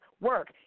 work